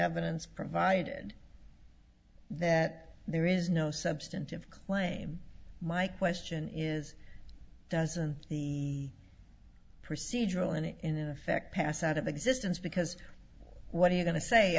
evidence provided that there is no substantive claim my question is doesn't the procedural in it in effect pass out of existence because what are you going to say i